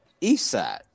Eastside